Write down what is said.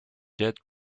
yet